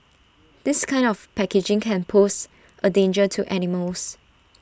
this kind of packaging can pose A danger to animals